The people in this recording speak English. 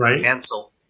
cancel